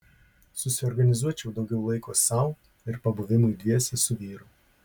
susiorganizuočiau daugiau laiko sau ir pabuvimui dviese su vyru